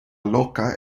loka